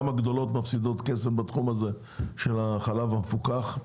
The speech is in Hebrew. גם הגדולות מפסידות כסף בתחום הזה של החלב המפוקח.